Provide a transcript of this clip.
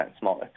smaller